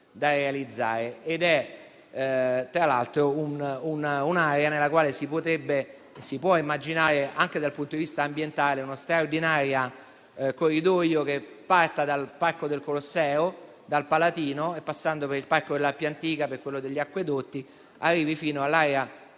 da realizzare. Si tratta, tra l'altro, di un'area nella quale si può immaginare, anche dal punto di vista ambientale, uno straordinario corridoio che dal Parco del Colosseo, dal Palatino, passando per il Parco dell'Appia antica e per quello degli acquedotti, arrivi fino all'area